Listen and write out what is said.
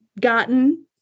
gotten